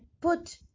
put